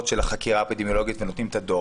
של החקירה האפידמיולוגית ונותנים את הדוח.